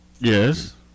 Yes